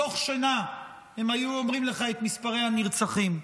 מתוך שינה הם היו אומרים לך את מספרי הנרצחים.